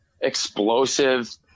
explosive